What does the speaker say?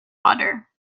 water